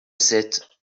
sept